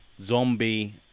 zombie